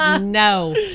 No